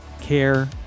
care